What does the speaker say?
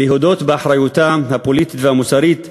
להודות באחריותה הפוליטית והמוסרית לטבח.